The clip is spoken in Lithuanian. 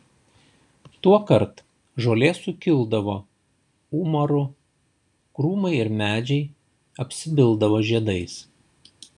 tuokart žolė sukildavo umaru krūmai ir medžiai apsipildavo žiedais